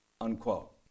unquote